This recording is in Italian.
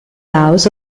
house